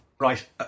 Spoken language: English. right